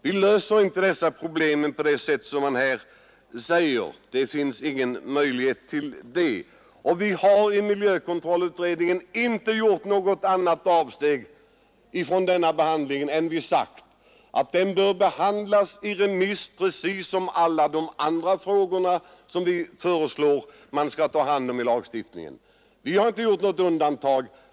Vi löser inte dessa problem på det sätt som reservanterna föreslår. Det finns ingen möjlighet att göra det. Vi har i miljökontrollutredningen inte gjort något avsteg från det regelmässiga förfarandet. Vi har sagt att den här frågan bör remissbehandlas precis som alla de andra frågor vi föreslår skall bli föremål för lagstiftning. Vi har inte gjort något undantag.